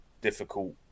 difficult